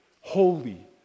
holy